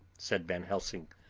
said van helsing.